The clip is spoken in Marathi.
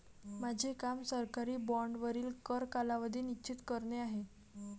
माझे काम सरकारी बाँडवरील कर कालावधी निश्चित करणे आहे